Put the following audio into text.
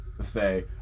say